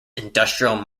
industrial